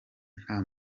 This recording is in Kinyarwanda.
nta